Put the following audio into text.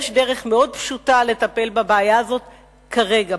יש דרך מאוד פשוטה לטפל בבעיה הזאת כרגע,